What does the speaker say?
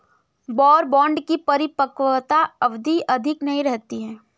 war bond की परिपक्वता अवधि नहीं रहती है